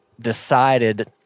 decided